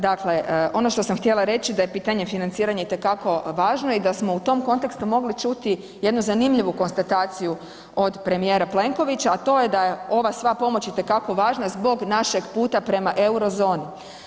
Dakle, ono što sam htjela reći da je pitanje financiranja itekako važno i da smo u tom kontekstu mogli čuti jednu zanimljivu konstataciju od premijera Plenkovića, a to je da je ova sva pomoć itekako važna zbog našeg puta prema Eurozoni.